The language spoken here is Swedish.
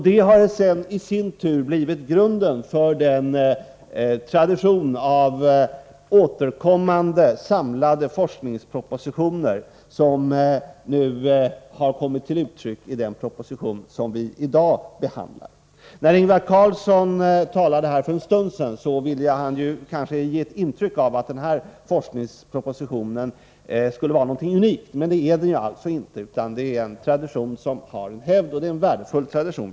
Detta krav har i sin tur kommit att utgöra — Nr 166 grunden för de samlade forskningspropositioner som traditionsmässigt Torsdagen den återkommit. Det kommer till uttryck även i den proposition som vi i dag 7 juni 1984 behandlar. Ingvar Carlsson ville kanske i sitt anförande för en stund sedan ge ett Forskningsoch utintryck av att den aktuella forskningspropositionen skulle vara någonting vecklingsverksamunikt. Det är den alltså inte, utan det är här fråga om en värdefull tradition.